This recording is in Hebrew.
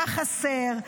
מה חסר,